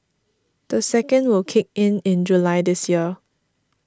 the second will kick in in July this year